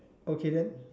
okay then